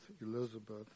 Elizabeth